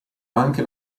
anche